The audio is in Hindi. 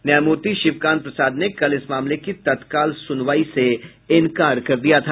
न्यायमूर्ति शिवकांत प्रसाद ने कल इस मामले की तत्काल सुनवाई से इनकार कर दिया था